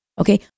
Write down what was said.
Okay